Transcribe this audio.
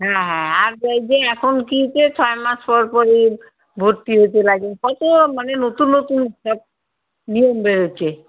হ্যাঁ আর যাই যে এখন কি হয়েছে ছয় মাস পরপরই ভর্তি হইতে লাগে কত মানে নতুন নতুন সব নিয়ম বেরোচ্ছে